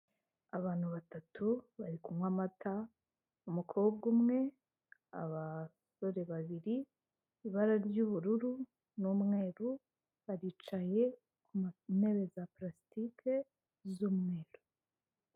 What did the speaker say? Abantu batatu bari kunywa amata umukobwa umwe abasore babiri ibara ry'ubururu n'umweru baricaye ku ntebe za parasitike z'umweru.